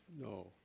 No